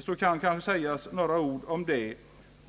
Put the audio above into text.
skall jag säga några ord om den.